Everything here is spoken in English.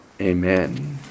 Amen